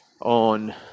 on